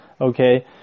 Okay